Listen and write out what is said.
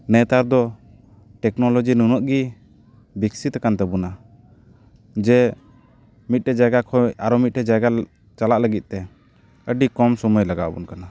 ᱱᱮᱛᱟᱨ ᱫᱚ ᱴᱮᱠᱱᱳᱞᱳᱡᱤ ᱱᱩᱱᱟᱹᱜ ᱜᱮ ᱵᱮᱠᱥᱤᱛ ᱠᱟᱱ ᱛᱟᱵᱚᱱᱟ ᱡᱮ ᱢᱤᱫᱴᱮᱱ ᱡᱟᱭᱜᱟ ᱠᱷᱚᱱ ᱟᱨᱚ ᱢᱤᱫᱴᱮᱱ ᱡᱟᱭᱜᱟ ᱪᱟᱞᱟᱜ ᱞᱟᱹᱜᱤᱫ ᱛᱮ ᱟᱹᱰᱤ ᱠᱚᱢ ᱥᱩᱢᱟᱹᱭ ᱞᱟᱜᱟᱣ ᱵᱚᱱ ᱠᱟᱱᱟ